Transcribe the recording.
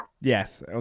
Yes